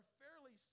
fairly